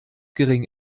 gering